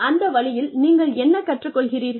அந்த வழியில் நீங்கள் என்ன கற்றுக்கொள்கிறீர்கள்